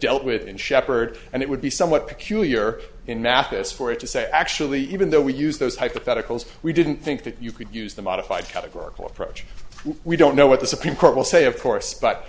dealt with in shepherds and it would be somewhat peculiar in mathis for it to say actually even though we use those hypotheticals we didn't think that you could use the modified categorical approach we don't know what the supreme court will say of course but